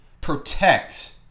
protect